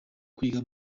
kwiga